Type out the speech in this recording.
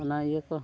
ᱚᱱᱟ ᱤᱭᱟᱹᱠᱚ